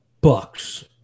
Bucks